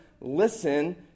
listen